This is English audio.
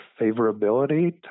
favorability